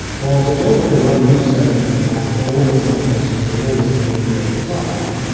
was it's all very well you saying that we ask all the same questions to all the same people all the time,